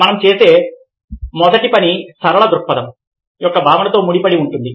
మనం చేసే మొదటి పని సరళ దృక్పథం యొక్క భావనతో ముడిపడి ఉంటుంది